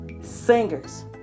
singers